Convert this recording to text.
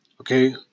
okay